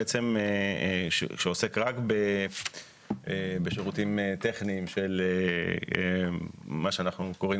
בעצם שעוסק רק בשירותים טכניים של מה שאנחנו קוראים